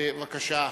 בבקשה.